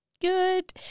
good